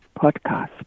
podcast